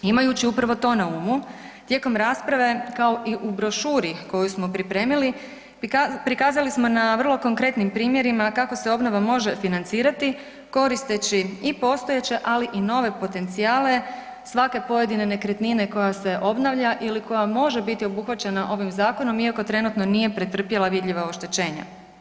Imajući upravo to na umu tijekom rasprave kao i u brošuri koju smo pripremili, prikazali smo na vrlo konkretnim primjerima kako se obnova može financirati koristeći i postojeća ali i nove potencijale svake pojedine nekretnine koja se obnavlja ili koja može biti obuhvaćena ovim zakonom iako trenutno nije pretrpjela vidljiva oštećenja.